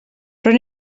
però